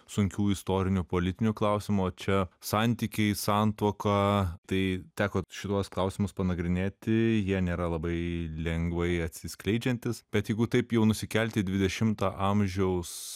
sunkių istorinių politinių klausimų o čia santykiai santuoka tai teko šituos klausimus panagrinėti jie nėra labai lengvai atsiskleidžiantys bet jeigu taip jau nusikelti į dvidešimto amžiaus